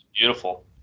beautiful